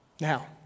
Now